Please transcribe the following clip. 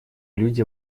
люди